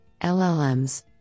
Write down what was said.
LLMs